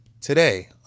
Today